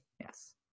Yes